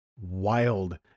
wild